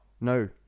No